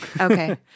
Okay